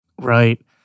Right